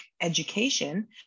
education